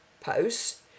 posts